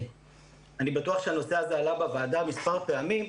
אני בטוח שהנושא הזה עלה בוועדה מספר פעמים.